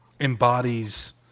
embodies